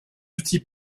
outils